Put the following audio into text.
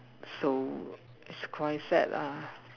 so it's quite sad lah